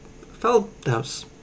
Feldhaus